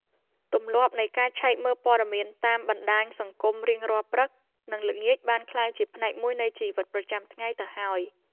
ទម្លាប់នៃការឆែកមើលព័ត៌មានតាមបណ្ដាញសង្គមរៀងរាល់ព្រឹកនិងល្ងាចបានក្លាយជាផ្នែកមួយនៃជីវិតប្រចាំថ្ងៃទៅហើយ។